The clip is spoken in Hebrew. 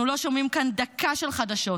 אנחנו לא שומעים כאן דקה של חדשות.